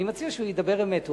אני מציע שהוא ידבר אמת.